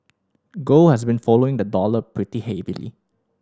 gold has been following the dollar pretty heavily